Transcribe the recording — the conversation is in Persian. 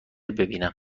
ببینم